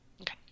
Okay